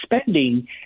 spending